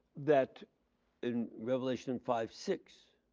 that revelation five six.